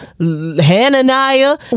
Hananiah